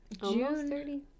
June